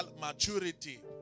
maturity